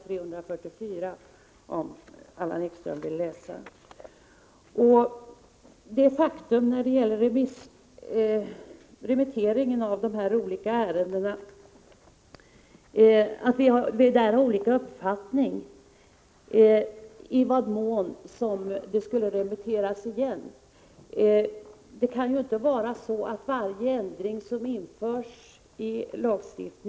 344i propositionen, om Allan Ekström vill läsa det. När det gäller remitteringen av de olika ärendena är det ett faktum att Allan Ekström och jag har olika uppfattning om i vad mån förslag skall remitteras på nytt.